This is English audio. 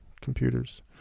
computers